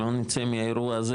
שלא נצא מהאירוע הזה,